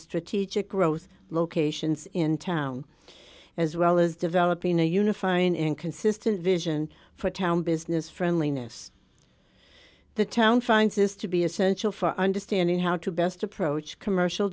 strategic growth locations in town as well as developing a unifying and consistent vision for town business friendliness the town finds this to be essential for understanding how to best approach commercial